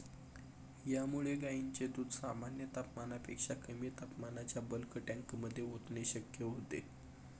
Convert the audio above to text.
यामुळे गायींचे दूध सामान्य तापमानापेक्षा कमी तापमानाच्या बल्क टँकमध्ये ओतणे शक्य होते